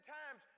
times